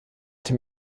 dem